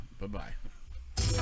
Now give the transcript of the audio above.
Bye-bye